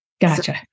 Gotcha